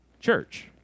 church